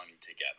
together